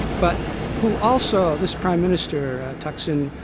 but who also, this prime minister, thaksin,